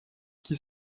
qui